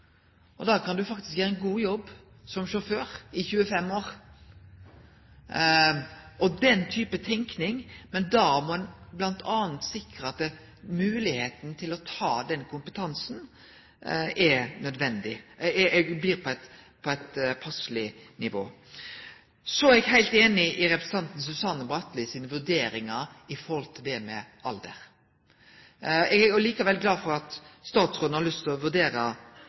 kan ein faktisk gjere ein god jobb som sjåfør i 25 år. Den type tenking må til, men da må ein m.a. sikre at moglegheita til å få den kompetansen er på eit passande nivå. Så er eg heilt einig i representanten Susanne Bratli sine vurderingar av det med alder. Eg er likevel glad for at statsråden har lyst til å